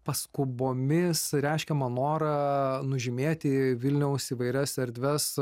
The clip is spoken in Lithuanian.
paskubomis reiškiamą norą nužymėti vilniaus įvairias erdves